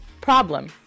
problem